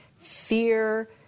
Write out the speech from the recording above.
fear